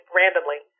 randomly